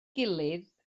gilydd